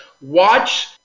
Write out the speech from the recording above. Watch